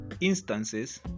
instances